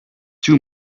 too